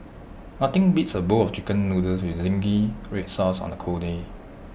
nothing beats A bowl of Chicken Noodles with Zingy Red Sauce on A cold day